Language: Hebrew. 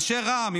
אנשי רע"מ,